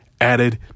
added